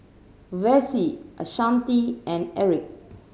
Vassie Ashanti and Erick